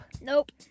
Nope